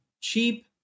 cheap